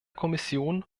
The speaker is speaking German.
kommission